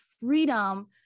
freedom